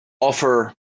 offer